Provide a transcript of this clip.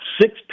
six